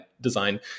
design